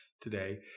today